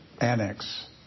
annex